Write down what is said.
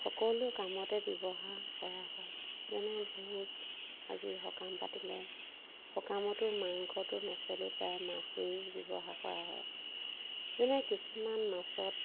সকলো কামতে ব্যৱহাৰ কৰা হয় যেনে ভোজ আজি সকাম পাতিলে সকামতো মাংসটো নচলেই প্ৰায় মাছেই ব্যৱহাৰ কৰা হয় যেনে কিছুমান মাছত